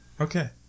Okay